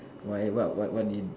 why what what did he do